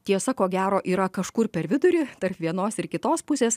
tiesa ko gero yra kažkur per vidurį tarp vienos ir kitos pusės